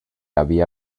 había